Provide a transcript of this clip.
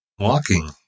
Walking